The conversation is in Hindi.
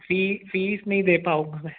फ़ी फ़ीस नहीं दे पाऊँगा मैं